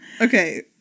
Okay